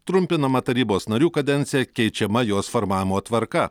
trumpinama tarybos narių kadencija keičiama jos formavimo tvarka